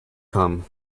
come